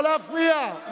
לא להפריע.